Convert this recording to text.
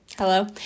hello